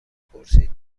پرسید